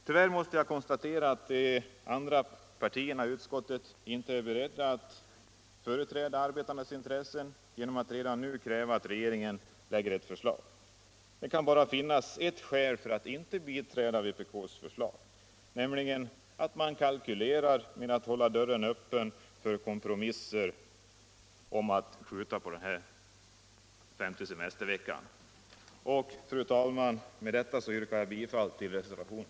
Tyvärr måste jag konstatera att de andra partierna i utskottet inte är beredda att företräda arbetarnas intressen genom att redan nu kräva att regeringen framlägger ett sådant förslag. Det kan bara finnas ett skäl för att inte biträda vpk:s förslag, nämligen att man kalkylerar med att hålla dörren öppen för kompromisser och att skjuta på den femte semesterveckan. Fru talman! Med detta yrkar jag bifall till reservationen.